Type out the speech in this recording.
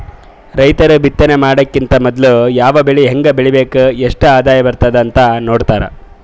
ರೈತರ್ ಬಿತ್ತನೆ ಮಾಡಕ್ಕಿಂತ್ ಮೊದ್ಲ ಯಾವ್ ಬೆಳಿ ಹೆಂಗ್ ಬೆಳಿಬೇಕ್ ಎಷ್ಟ್ ಆದಾಯ್ ಬರ್ತದ್ ಅಂತ್ ನೋಡ್ತಾರ್